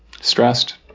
Stressed